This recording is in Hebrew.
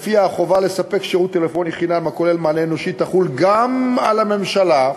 שלפיה החובה לתת שירות טלפוני חינם הכולל מענה אנושי תחול גם על הממשלה,